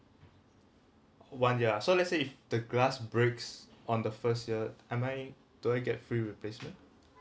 one year ah so let's say if the glass breaks on the first year am I do I get free replacement